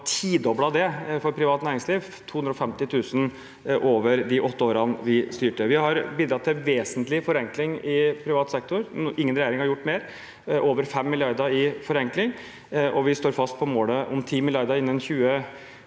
vi altså tidoblet det for privat næringsliv – 250 000 over de åtte årene vi styrte. Vi har bidratt til vesentlig forenkling i privat sektor – ingen regjering har gjort mer – med over 5 mrd. kr i forenkling, og vi står fast på målet om 10 mrd. kr innen 2016,